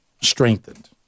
strengthened